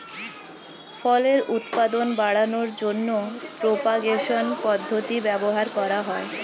ফলের উৎপাদন বাড়ানোর জন্য প্রোপাগেশন পদ্ধতি ব্যবহার করা হয়